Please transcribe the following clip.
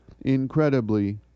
incredibly